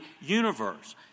universe